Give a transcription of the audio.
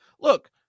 Look